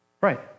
Right